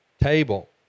table